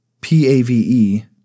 PAVE